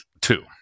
Two